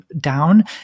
down